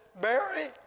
Barry